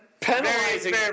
penalizing